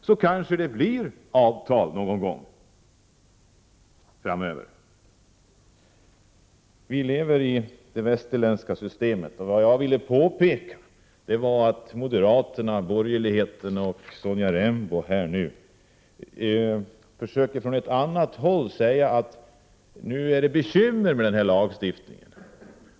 Då kanske det blir avtal av någon gång framöver. Sonja Rembo, moderaterna och borgerligheten i övrigt försöker från ett annat håll säga att det är bekymmer med denna lagstiftning.